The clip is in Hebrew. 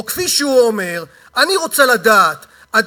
או כפי שהוא אומר: אני רוצה לדעת עד